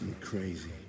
crazy